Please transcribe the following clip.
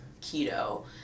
keto